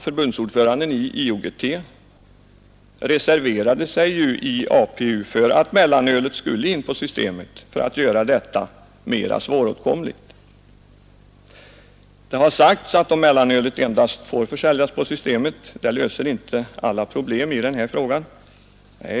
Förbundsordföranden i IOGT, herr Burman, reserverade sig i APU för att mellanölet skulle in på Systemet för att göra det mera svåråtkomligt. Det har sagts att om mellanölet endast får försäljas på Systemet löser det inte alla problem i den här frågan.